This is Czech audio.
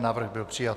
Návrh byl přijat.